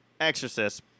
Exorcist